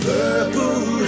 Purple